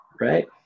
right